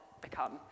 become